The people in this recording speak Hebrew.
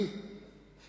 אתה